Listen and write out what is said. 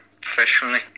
professionally